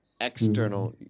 external